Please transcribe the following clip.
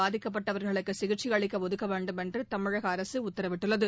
பாதிக்கப்பட்டவர்களுக்கு சிகிச்சை அளிக்க ஒதுக்க வேண்டும் என்று தமிழக அரசு உத்தரவிட்டுள்ளது